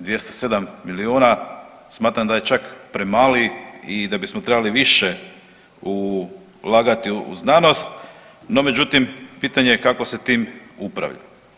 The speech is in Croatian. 207 milijuna smatram da je čak premali i da bismo trebali više ulagati u znanost, no međutim pitanje je kako se tim upravlja.